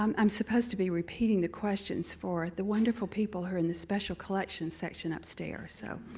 um i'm supposed to be repeating the questions for the wonderful people who are in the special collections section upstairs, so